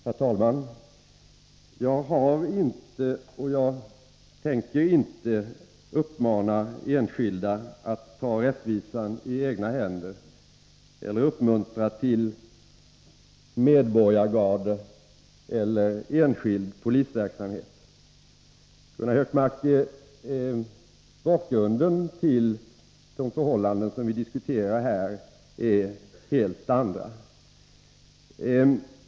Herr talman! Jag har inte uppmanat och tänker inte uppmana enskilda att ta rättvisan i egna händer eller uppmuntra bildandet av medborgargarden eller enskild polisverksamhet. Gunnar Hökmark, bakgrunden till de förhållanden som vi diskuterar här är en helt annan.